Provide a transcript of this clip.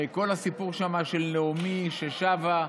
הרי כל הסיפור של נעמי ששבה,